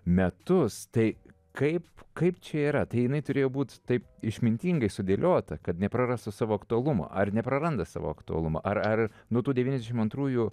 metus tai kaip kaip čia yra tai jinai turėjo būti taip išmintingai sudėliota kad neprarastų savo aktualumo ar nepraranda savo aktualumo ar ar nuo tų devyniasdešimt antrųjų